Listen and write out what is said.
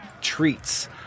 treats